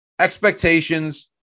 expectations